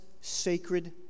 sacred